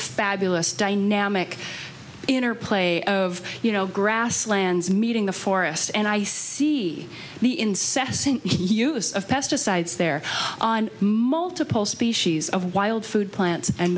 fabulous dynamic interplay of you know grasslands meeting the forest and i see the incessant use of pesticides there on multiple species of wild food plants and